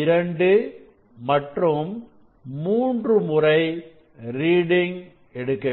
இரண்டு மற்றும் மூன்று முறை ரீடிங் எடுக்க வேண்டும்